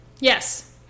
Yes